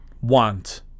want